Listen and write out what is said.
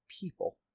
people